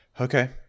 Okay